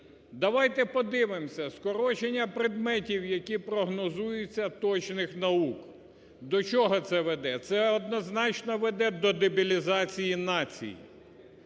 Давайте подивимся скорочення предметів, які прогнозуються, точних наук, до чого це веде? А це однозначно веде до дебілізації нації.